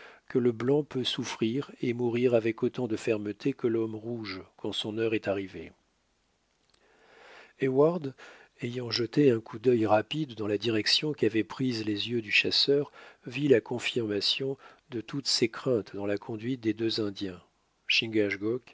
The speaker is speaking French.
que le blanc peut souffrir et mourir avec autant de fermeté que l'homme rouge quand son heure est arrivée heyward ayant jeté un coup d'œil rapide dans la direction qu'avaient prise les yeux du chasseur vit la confirmation de toutes ses craintes dans la conduite des deux indiens